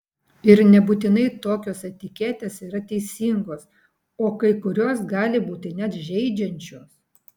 ir nebūtinai tokios etiketės yra teisingos o kai kurios gali būti net žeidžiančios